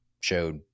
showed